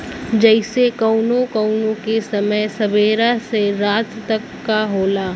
जइसे कउनो कउनो के समय सबेरा से रात तक क होला